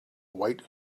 white